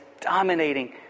dominating